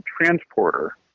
transporter